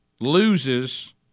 loses